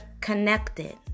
connected